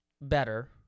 better